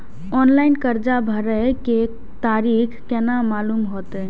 Online कर्जा भरे के तारीख केना मालूम होते?